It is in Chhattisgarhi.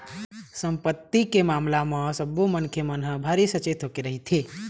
संपत्ति के मामला म सब्बो मनखे मन ह भारी सचेत होके रहिथे